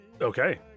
okay